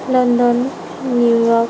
London New York